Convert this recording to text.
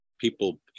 people